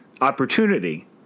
opportunity